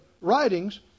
writings